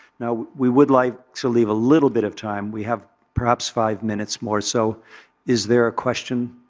now, we would like to leave a little bit of time. we have perhaps five minutes more. so is there a question?